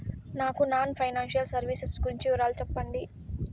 నాకు non financial services గురించి వివరాలు సెప్పండి?